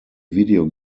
video